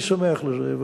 ואני שמח על זה,